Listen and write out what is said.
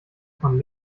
von